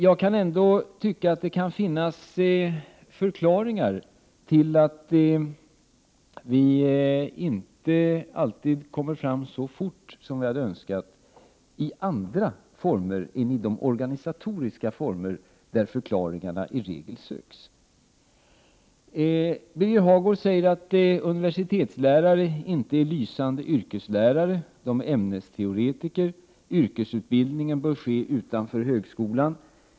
Jag kan ändå tycka att det kan finnas förklaringar till att vi inte alltid kommer fram så fort som vi hade önskat i andra former än i de organisatoriska former där förklaringarna i regel söks. Birger Hagård säger att universitetslärare inte är lysande yrkeslärare, att de är ämnesteoretiker och att yrkesutbildningen bör ske utanför högskolan.